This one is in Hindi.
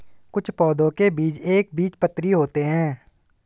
कुछ पौधों के बीज एक बीजपत्री होते है